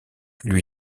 lui